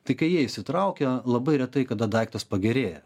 tai kai jie įsitraukia labai retai kada daiktas pagerėja